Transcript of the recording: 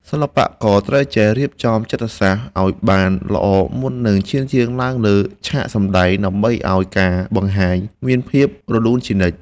សិល្បករត្រូវចេះរៀបចំចិត្តសាស្ត្រឱ្យបានល្អមុននឹងឈានជើងឡើងលើឆាកសម្តែង ដើម្បីឱ្យការបង្ហាញមានភាពរលូនជានិច្ច។